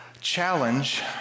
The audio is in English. challenge